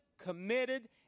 committed